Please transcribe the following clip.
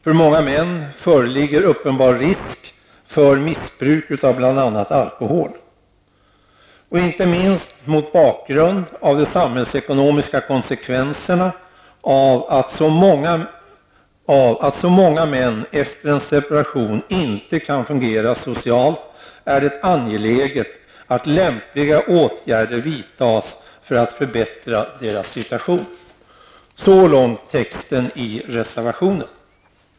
För många män föreligger uppenbar risk för missbruk av bl.a. alkohol. Inte minst mot bakgrund av de samhällsekonomiska konsekvenserna av att så många män efter en separation inte kan fungera socialt är det angeläget att lämpliga åtgärder vidtas för att förbättra deras situation. Så långt reservationen.